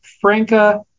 Franca